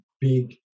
big